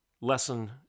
lesson